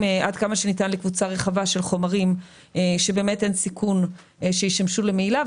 לקבוצה רחבה ככל הניתן של חומרים שאין סיכון שישמשו למהילה,